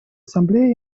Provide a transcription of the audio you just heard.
ассамблеи